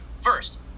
First